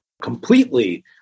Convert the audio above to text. completely